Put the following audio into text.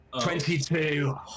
Twenty-two